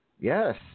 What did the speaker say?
Yes